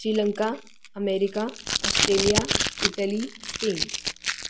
Sri Lanka America Australia Italy Spain